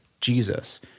Jesus